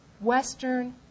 Western